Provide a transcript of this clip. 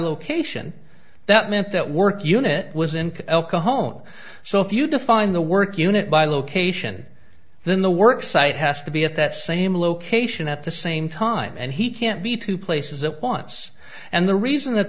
location that meant that work unit was in the home so if you define the work unit by location then the work site has to be at that same location at the same time and he can't be two places at once and the reason that